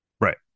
Right